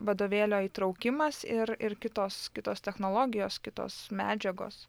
vadovėlio įtraukimas ir ir kitos kitos technologijos kitos medžiagos